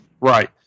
Right